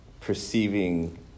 perceiving